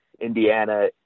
Indiana –